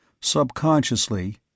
Subconsciously